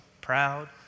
proud